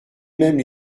même